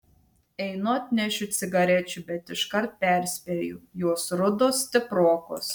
einu atnešiu cigarečių bet iškart perspėju jos rudos stiprokos